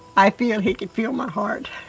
i feel he could feel my heart.